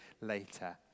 later